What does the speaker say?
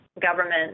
government